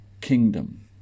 kingdom